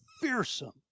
fearsome